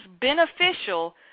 beneficial